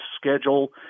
schedule